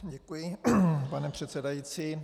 Děkuji, pane předsedající.